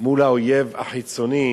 מול האויב החיצוני,